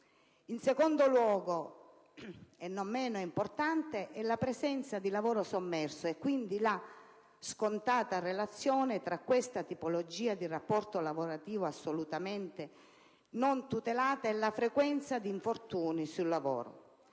In secondo luogo, e non meno importante, ha evidenziato la presenza di lavoro sommerso e quindi la scontata relazione tra questa tipologia di rapporto lavorativo assolutamente non tutelata e la frequenza di infortuni sul lavoro.